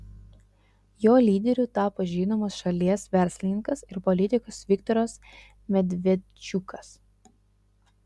jo lyderiu tapo žinomas šalies verslininkas ir politikas viktoras medvedčiukas